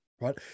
right